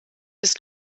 ist